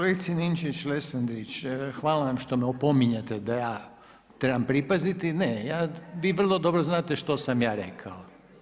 Kolegice Ninčević-Lesandrić, hvala vam što me opominjete da ja trebam pripaziti, ne ja, vi vrlo dobro znate što sam ja rekao.